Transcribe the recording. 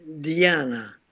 Diana